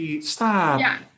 Stop